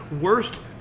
worst